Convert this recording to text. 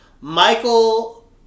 Michael